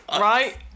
Right